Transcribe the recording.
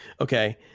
Okay